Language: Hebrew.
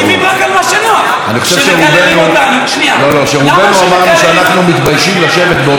אני חושב שרובנו אמרנו שאנחנו מתביישים לשבת באותו